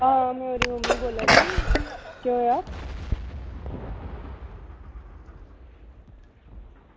आं में ओह्दी मम्मी बोल्ला दी केह् होआ